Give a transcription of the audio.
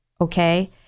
okay